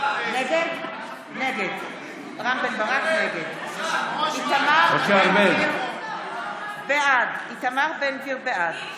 נגד איתמר בן גביר, בעד